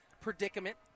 predicament